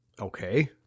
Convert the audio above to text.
Okay